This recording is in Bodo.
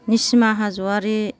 निसिमा हाज'वारि